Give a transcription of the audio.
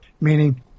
meaning